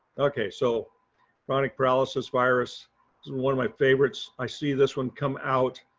okay so chronic paralysis virus is one of my favorites. i see this one come out,